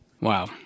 Wow